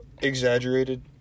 exaggerated